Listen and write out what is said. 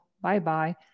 Bye-bye